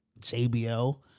JBL